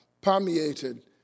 permeated